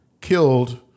killed